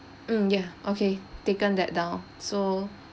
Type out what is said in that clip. mm ya okay taken that down so